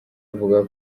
avuga